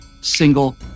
single